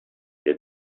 did